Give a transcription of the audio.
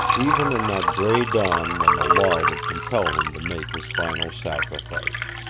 even in that gray dawn when the law would compel him to make his final sacrifice.